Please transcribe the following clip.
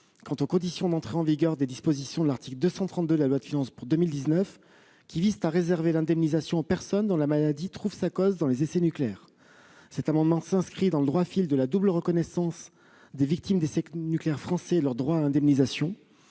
quant aux conditions d'entrée en vigueur des dispositions de l'article 232 de la loi de finances pour 2019, qui visent à réserver l'indemnisation aux personnes dont la maladie trouve sa cause dans les essais nucléaires. Cet amendement s'inscrit dans le droit fil de la double reconnaissance des victimes des essais nucléaires français et de leur droit à indemnisation.